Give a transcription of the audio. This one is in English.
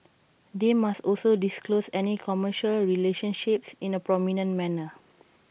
they must also disclose any commercial relationships in A prominent manner